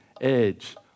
edge